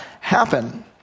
happen